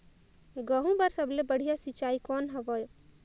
गहूं बर सबले बढ़िया सिंचाई कौन हवय?